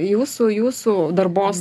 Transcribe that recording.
jūsų jūsų darbos